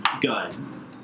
gun